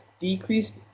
decreased